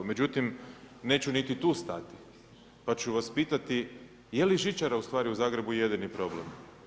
Međutim, neću niti tu stati pa ću vas pitati je li žičara ustvari u zagrebu jedini problem?